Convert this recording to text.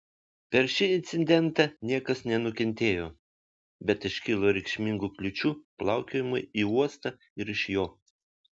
per šį incidentą niekas nenukentėjo bet iškilo reikšmingų kliūčių plaukiojimui į uostą ir iš jo